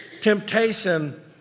temptation